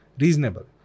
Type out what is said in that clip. reasonable